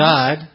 God